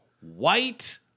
White